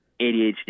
ADHD